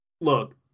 look